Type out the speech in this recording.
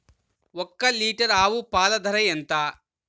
ఒక్క లీటర్ ఆవు పాల ధర ఎంత?